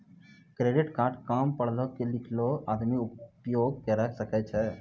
Credit card काम पढलो लिखलो आदमी उपयोग करे सकय छै?